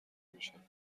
میشم